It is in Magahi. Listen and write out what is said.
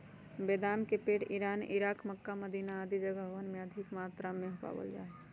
बेदाम के पेड़ इरान, इराक, मक्का, मदीना आदि जगहवन में अधिक मात्रा में पावल जा हई